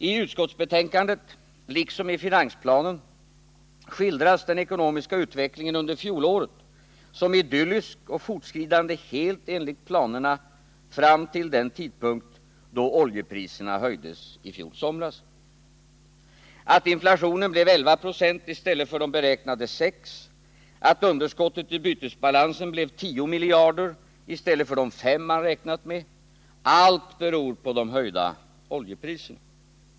I utskottsbetänkandet liksom i finansplanen skildras den ekonomiska utvecklingen under fjolåret som idyllisk och fortskridande helt enligt planerna fram till den tidpunkt då oljepriserna höjdes i somras. Att inflationen blev 11 20 i stället för de beräknade 6, att underskottet i bytesbalansen blev 10 miljarder i stället för de 5 man räknat med, allt detta beror på de höjda oljepriserna.